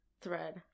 Thread